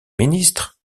ministre